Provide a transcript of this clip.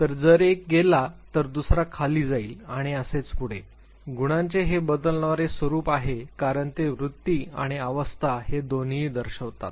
तर जर एक वर गेला तर दुसरा खाली जाईल आणि असेच पुढे गुणांचे हे बदलणारे स्वरुप आहे कारण ते वृत्ती आणि अवस्था हे दोन्हीही दर्शवतात